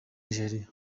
nigeria